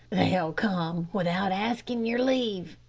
they'll come without askin' yer leave,